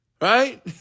right